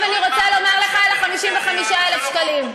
עכשיו אני רוצה לומר לך על 55,000 השקלים.